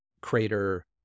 crater